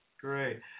Great